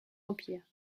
empire